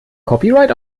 copyright